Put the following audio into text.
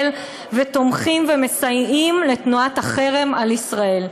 ותומכים ומסייעים לתנועת החרם על ישראל.